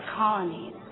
colonies